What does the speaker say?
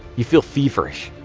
you feel feverish.